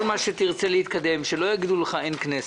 כל מה שתרצה להתקדם שלא יגידו לך שאין כנסת.